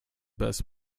best